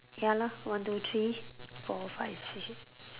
ya lah one two three four five six